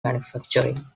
manufacturing